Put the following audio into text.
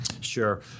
Sure